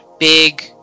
big